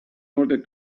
order